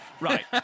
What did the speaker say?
Right